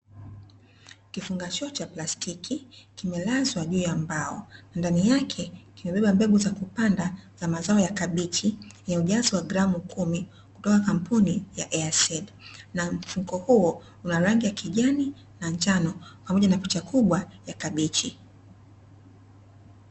Kifungashio cha plastiki kimelazwa juu ya mbao ndani yake kimebeba mbegu za kupanda za mazao ya kbichi ya ujazo wa gramu kumi kutoka kampuni ya "Airseed", na mfuko huo una rangi ya kijani na njano pamoja na picha kubwa ya kabichi.